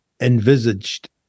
envisaged